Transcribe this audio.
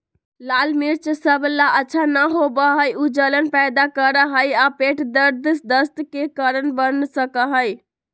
लाल मिर्च सब ला अच्छा न होबा हई ऊ जलन पैदा करा हई और पेट दर्द और दस्त के कारण बन सका हई